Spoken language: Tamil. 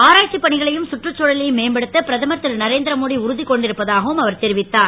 ஆராய்ச்சிப் பணிகளையும் சுற்றுச் தூழலையும் மேம்படுத்த பிரதமர் திருநரேந்திர மோடி உறுதி கொண்டிருப்பதாகவும் அவர் தெரிவித்தார்